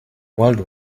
world